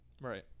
Right